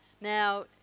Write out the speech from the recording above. Now